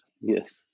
Yes